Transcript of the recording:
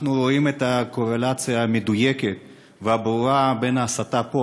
אנחנו רואים את הקורלציה המדויקת והברורה בין ההסתה פה,